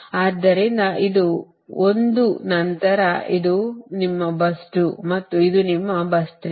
ಆದ್ದರಿಂದ ಇದು ಒಂದು ನಂತರ ಇದು ನಿಮ್ಮ bus 2 ಮತ್ತು ಇದು ನಿಮ್ಮ bus 3